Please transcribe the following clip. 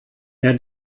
der